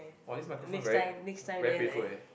what this my girlfriend very very painful eh